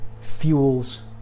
fuels